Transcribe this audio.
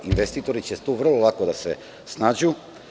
Investitori će tu vrlo lako da se snađu.